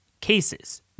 cases